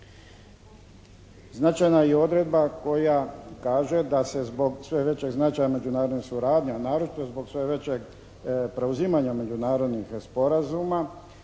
Značajna je i odredba koja kaže da se zbog sve većeg značaja međunarodne suradnje, a naročito zbog sve većeg preuzimanja međunarodnih sporazuma